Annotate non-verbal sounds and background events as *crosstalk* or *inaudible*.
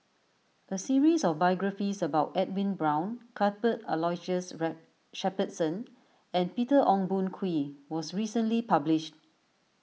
a series of biographies about Edwin Brown Cuthbert Aloysius *noise* Shepherdson and Peter Ong Boon Kwee was recently published